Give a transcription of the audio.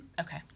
okay